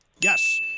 Yes